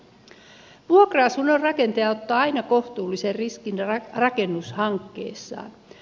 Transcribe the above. vuokra asunnon rakentaja ottaa aina kohtuullisen riskin rakennushankkeessaan